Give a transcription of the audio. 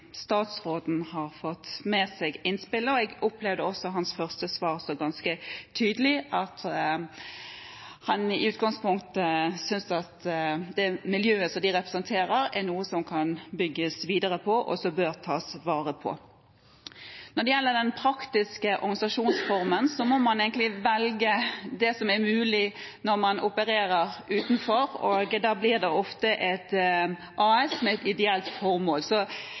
statsråden har fått med seg innspillet. Jeg opplevde også hans første svar som ganske tydelig, at han i utgangspunktet synes at miljøet senteret representerer, er noe som kan bygges videre på, og som bør tas vare på. Når det gjelder den praktiske organisasjonsformen, må man egentlig velge det som er mulig når man opererer utenfor, og da blir det ofte et AS med et ideelt formål. Så